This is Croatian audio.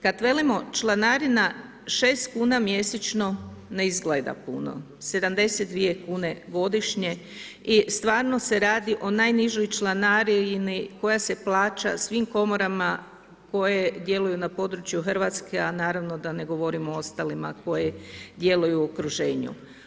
Kad velimo članarina 6 kuna mjesečno ne izgleda puno, 72 kune godišnje i stvarno se radi o najnižoj članarini koja se plaća svim komorama koje djeluju na području Hrvatske, a naravno da ne govorimo o ostalima koje djeluju u okruženju.